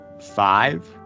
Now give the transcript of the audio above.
Five